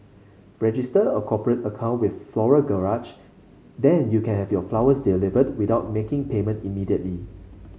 register a cooperate account with Floral Garage then you can have your flowers delivered without making payment immediately